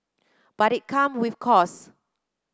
but it come with costs